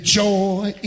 joy